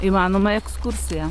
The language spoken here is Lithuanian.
įmanoma ekskursija